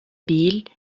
بيل